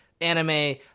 anime